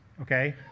Okay